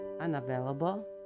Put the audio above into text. unavailable